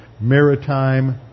maritime